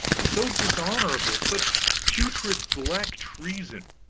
so dishonorable, such putrid black treason.